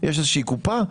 יש קופה?